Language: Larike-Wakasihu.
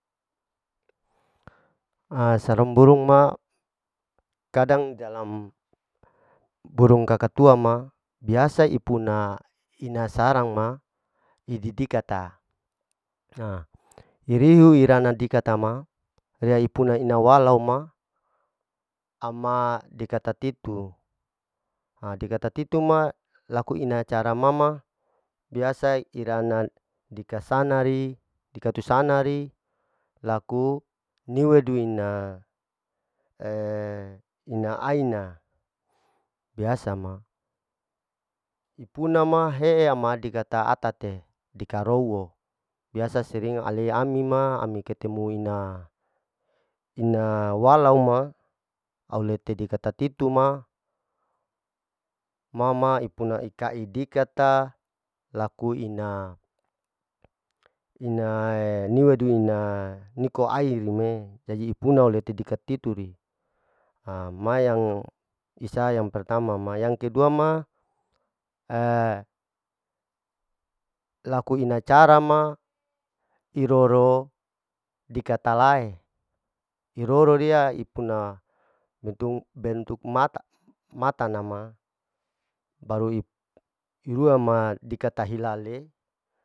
A sarang burung ma, kadang dalam, burung kaka tua ma, biasa ipuna ina sarang ma ididikata, ha irihu irana dikitama rea ipunu ina walau ma, ama dikatatitu, ha dikatatitu ma laku ina acara ma ma biasa irana dikasana, ari dikatusanari laku niwedu ina, ina aina biasa ma, ipuna ma he'a ma dikata atate, dikatarowo, biasa sering ale ami ma ami ketemu ina, ina walau ma aulete dikatatitu ma, ma ma ipuna ikaidikata laku ina, ina niwedu ina niko airi me, jaji ipuna oleh dikati tituri, ha ma yang isa yang pertama ma yang kedua ma, laku ina cara ma iroro dikata lae, iroro riya ipuna bentuk bentuk mata-matanama baru ip-irua ma dikata hilale.